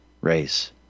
race